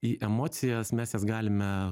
į emocijas mes jas galime